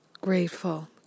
grateful